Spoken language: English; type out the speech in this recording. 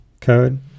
code